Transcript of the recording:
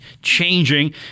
changing